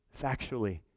factually